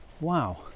wow